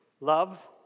love